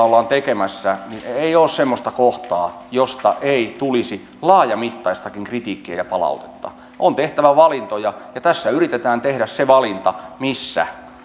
ollaan tekemässä ei ole semmoista kohtaa josta ei tulisi laajamittaistakin kritiikkiä ja palautetta on tehtävä valintoja ja tässä yritetään tehdä se valinta missä